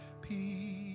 peace